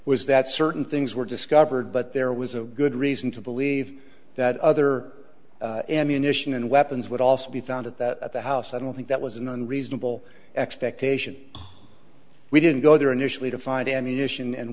was that certain things were discovered but there was a good reason to believe that other ammunition and weapons would also be found at that at the house i don't think that was an unreasonable expectation we didn't go there initially to find ammunition and